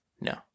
No